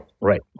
Right